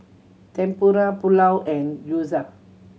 Tempura Pulao and Gyoza